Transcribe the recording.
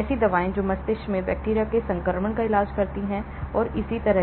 ऐसी दवाएं जो मस्तिष्क में बैक्टीरिया के संक्रमण का इलाज करती हैं और इसी तरह